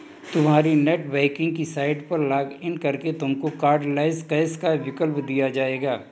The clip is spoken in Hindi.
तुम्हारी नेटबैंकिंग की साइट पर लॉग इन करके तुमको कार्डलैस कैश का विकल्प दिख जाएगा